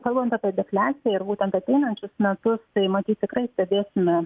kalbant apie defliaciją ir būtent ateinančius metus tai matyt tikrai stebėsime